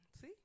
See